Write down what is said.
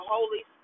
Holy